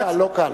לא קל, לא קל.